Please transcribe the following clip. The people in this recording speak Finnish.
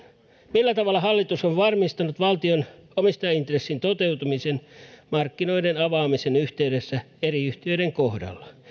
millä tavalla hallitus on varmistanut valtion omistajaintrenssin toteutumisen markkinoiden avaamisen yhteydessä eri yhtiöiden kohdalla